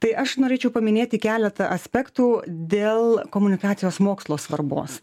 tai aš norėčiau paminėti keletą aspektų dėl komunikacijos mokslo svarbos